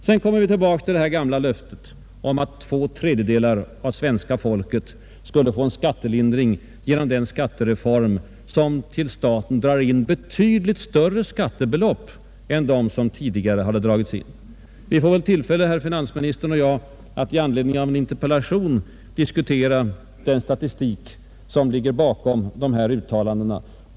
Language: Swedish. Sedan kommer vi tillbaka till det gamla löftet om att två tredjedelar av svenska folket skall få en skattelindring genom den skattereform som till staten drar in betydligt högre skattebelopp än tidigare. Herr finansministern och jag får väl tillfälle att i anledning av min interpellation diskutera den statistik som ligger bakom dessa uttalanden.